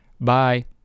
Bye